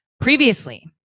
Previously